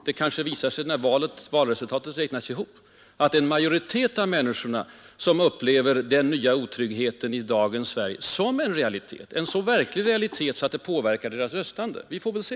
Det kanske visar sig när valresultatet räknas ihop att det är en majoritet av människorna som upplever den nya otryggheten i dagens Sverige som en realitet — och som en så påtaglig realitet, att den påverkat deras röstande. Vi får väl se.